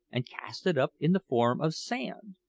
and cast it up in the form of sand.